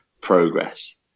progress